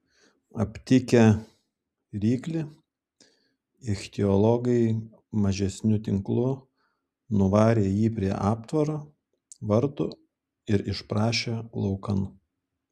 aptikę ryklį ichtiologai mažesniu tinklu nuvarė jį prie aptvaro vartų ir išprašė laukan